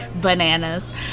bananas